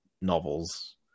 novels